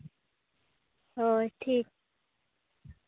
ᱦᱳᱭ ᱴᱷᱤᱠ